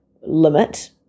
limit